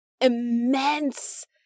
immense